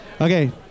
Okay